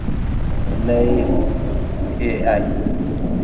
ᱞᱟᱹᱭᱮᱫ ᱜᱤᱭᱟᱹᱧ